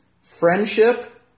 friendship